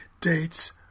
dates